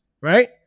right